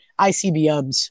ICBMs